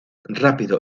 rápido